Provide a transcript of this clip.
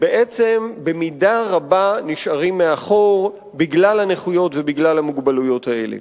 במידה רבה נשארים מאחור בגלל הנכויות ובגלל המוגבלויות האלה.